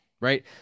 right